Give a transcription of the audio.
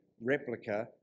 replica